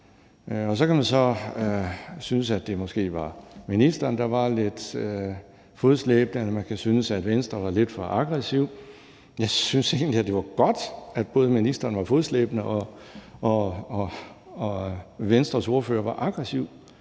Så kan man så synes, at det måske var ministeren, der var lidt fodslæbende, eller man kan synes, at Venstre var lidt for aggressive, men jeg synes egentlig, det var godt, at ministeren var fodslæbende, og at Venstres ordfører var aggressiv,